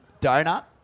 donut